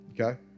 Okay